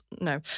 No